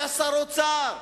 היה שר אוצר,